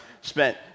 spent